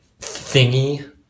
thingy